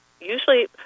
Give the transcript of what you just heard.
usually